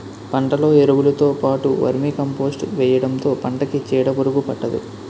పంటలో ఎరువులుతో పాటు వర్మీకంపోస్ట్ వేయడంతో పంటకి చీడపురుగు పట్టదు